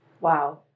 Wow